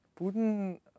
Putin